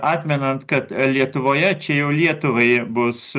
atmenant kad lietuvoje čia jau lietuvai bus